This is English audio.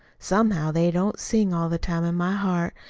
somehow they don't sing all the time in my heart,